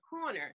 corner